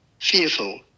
fearful